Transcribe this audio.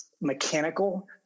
mechanical